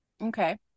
Okay